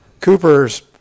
Cooper's